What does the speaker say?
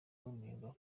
wemererwa